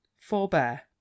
Forbear